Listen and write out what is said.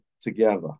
together